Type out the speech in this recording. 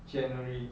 january